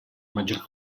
maggior